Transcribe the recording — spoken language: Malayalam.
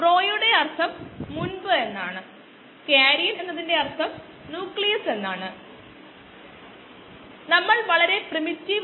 തുടർച്ചയായ പ്രക്രിയകൾ ചർച്ചചെയ്യുമ്പോൾ ഇത് വ്യക്തമാകും